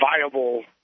viable